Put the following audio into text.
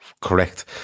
correct